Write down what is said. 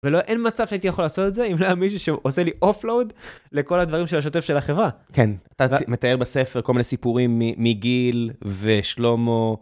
ואין מצב שהייתי יכול לעשות את זה אם לא היה מישהו שעושה לי אוף לואוד לכל הדברים של השוטף של החברה. כן, אתה מתאר בספר כל מיני סיפורים מגיל ושלומה.